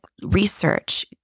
research